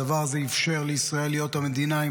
הדבר הזה אפשר לישראל להיות המדינה עם